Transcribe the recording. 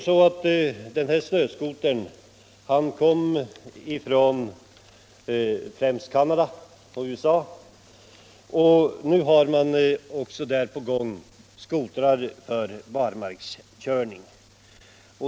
Snöskotern kom till vårt land främst från Canada och USA, och där finns nu också skotrar för barmarkskörning.